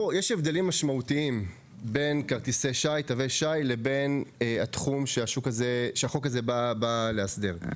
הבדלים משמעותיים בין תווי שי לבין התחום שהחוק הזה בא לאסדר.